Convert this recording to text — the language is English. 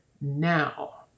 now